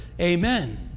Amen